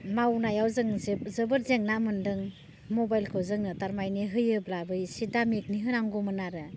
मावनायाव जोङो जोबोद जेंना मोन्दों मबेलखौ जोङो थारमानि होयोब्ला एसे दामनि होनांगौमोन आरो